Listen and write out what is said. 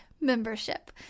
Membership